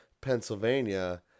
Pennsylvania